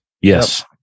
Yes